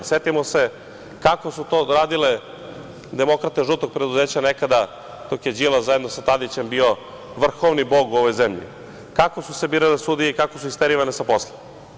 Setimo se kako su to odradile demokrate žutog preduzeća nekada, dok je Đilas zajedno sa Tadićem bio vrhovni bog u ovoj zemlji, kako su se birale sudije i kako su isterivane sa posla.